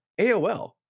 AOL